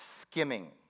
skimming